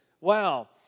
Wow